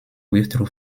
withdrew